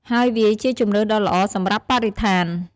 ហើយវាជាជម្រើសដ៏ល្អសម្រាប់បរិស្ថាន។